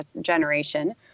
Generation